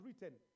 written